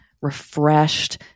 refreshed